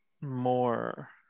more